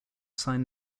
sign